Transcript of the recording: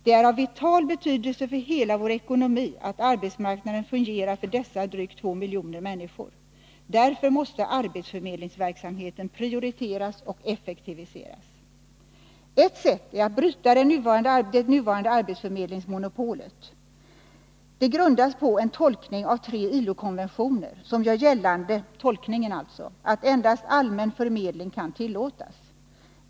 Det är av vital betydelse för hela vår ekonomi att arbetsmarknaden fungerar för dessa drygt 2 miljoner människor. Därför måste arbetsförmedlingsverksamheten prioriteras och effektiviseras. Ett sätt är att bryta det nuvarande arbetsförmedlingsmonopolet. Det grundas på en tolkning av tre ILO-konventioner som gör gällande att endast allmän förmedling kan tillåtas.